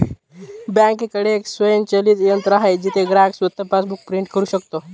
बँकेकडे एक स्वयंचलित यंत्र आहे जिथे ग्राहक स्वतः पासबुक प्रिंट करू शकतो